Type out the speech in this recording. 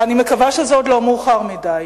ואני מקווה שזה עוד לא מאוחר מדי,